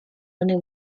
running